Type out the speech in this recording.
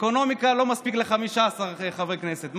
אקונומיקה זה לא מספיק ל-15 חברי כנסת,